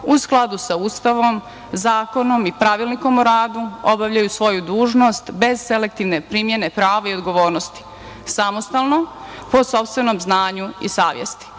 u skladu sa Ustavom, zakonom i pravilnikom o radu obavljaju svoju dužnost, bez selektivne primene, prava i odgovornosti, samostalno po sopstvenom znanju i savesti. Mi